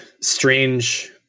strange